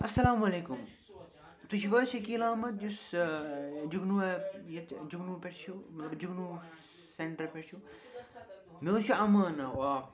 اَسلامُ علیکُم تُہۍ چھُو حظ شٔکیٖل احمد یُس جگنوٗ ایپ یَتھ جگنوٗ پٮ۪ٹھ چھُو جگنوٗ سٮ۪نٹر پٮ۪ٹھ چھُو مےٚ حظ چھِ اَمان ناو آ